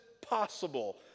possible